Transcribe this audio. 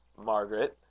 margaret?